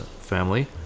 family